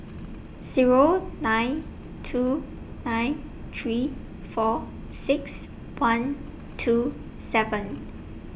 Zero nine two nine three four six one two seven